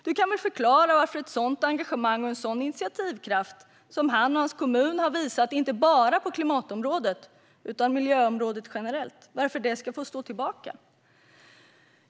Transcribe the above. Du kan väl förklara varför ett sådant engagemang och en sådan initiativkraft som han och hans kommun har visat, inte bara på klimatområdet utan på miljöområdet generellt, ska få stå tillbaka.